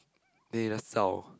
then he just zao